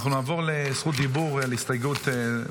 נעבור לזכות דיבור על ההסתייגות.